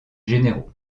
généraux